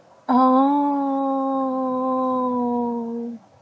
oh